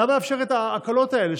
למה לאפשר את ההקלות האלה,